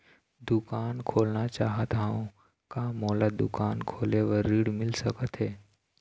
दुकान खोलना चाहत हाव, का मोला दुकान खोले बर ऋण मिल सकत हे?